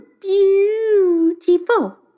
beautiful